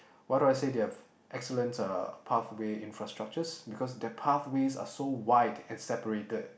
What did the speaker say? what do I say they have excellent uh pathway infrastructures because their pathways are so wide and separated